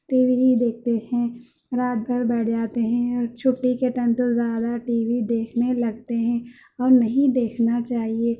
T V ہی دیکھتے ہیں رات بھر بیٹھ جاتے ہیں اور چھٹی کے ٹائم تو زیادہ ٹی وی دیکھنے لگتے ہیں پر نہیں دیکھنا چاہیے